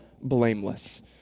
blameless